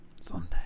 someday